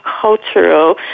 cultural